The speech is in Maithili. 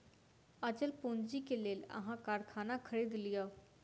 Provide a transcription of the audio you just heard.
अचल पूंजी के लेल अहाँ कारखाना खरीद लिअ